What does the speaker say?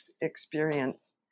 experience